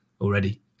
already